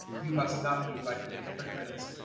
you must not be like the hypocrites.